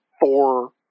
four